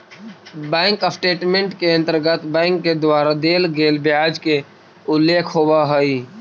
bank statement के अंतर्गत bank के द्वारा देल गेल ब्याज के उल्लेख होवऽ हइ